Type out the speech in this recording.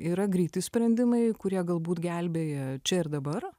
yra greiti sprendimai kurie galbūt gelbėja čia ir dabar